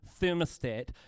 thermostat